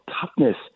toughness